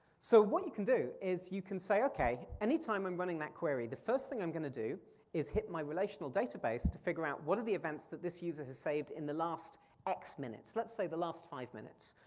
so what you can do is you can say okay, any time i'm running that query, the first thing i'm gonna do is hit my relational database to figure out what are the events that this user has saved in the last x minutes. let's say the last five minutes.